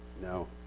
No